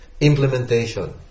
implementation